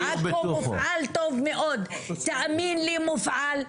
בעכו מופעל טוב מאוד, תאמין לי, מופעל.